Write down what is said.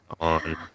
on